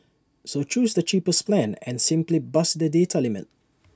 so choose the cheapest plan and simply bust the data limit